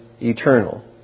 eternal